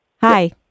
hi